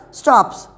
stops